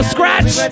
Scratch